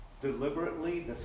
Deliberately